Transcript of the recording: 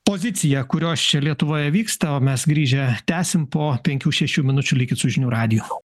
poziciją kurios čia lietuvoje vyksta o mes grįžę tęsim po penkių šešių minučių likit su žinių radiju